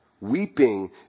Weeping